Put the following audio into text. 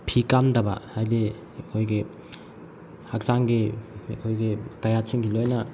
ꯐꯤ ꯀꯥꯝꯗꯕ ꯍꯥꯏꯗꯤ ꯑꯩꯈꯣꯏꯒꯤ ꯍꯛꯆꯥꯡꯒꯤ ꯑꯩꯈꯣꯏꯒꯤ ꯀꯥꯌꯥꯠꯁꯤꯡꯁꯤ ꯂꯣꯏꯅ